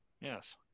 Yes